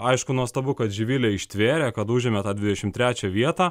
aišku nuostabu kad živilė ištvėrė kad užėmė dvidešim trečią vietą